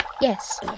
Yes